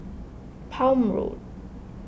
Palm Road